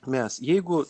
mes jeigu